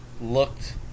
looked